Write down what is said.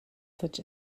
such